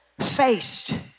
faced